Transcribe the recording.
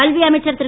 கல்வி அமைச்சர் திரு